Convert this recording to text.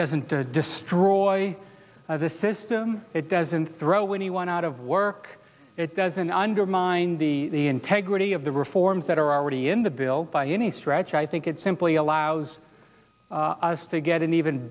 doesn't destroy the system it doesn't throw when he went out of work it doesn't undermine the integrity of the reforms that are already in the bill by any stretch i think it simply allows us to get an even